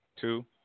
two